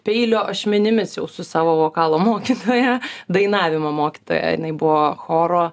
peilio ašmenimis jau su savo vokalo mokytoja dainavimo mokytoja jinai buvo choro